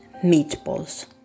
meatballs